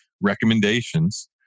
recommendations